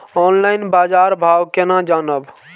Online बाजार भाव केना जानब?